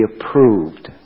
approved